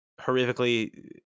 horrifically